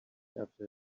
after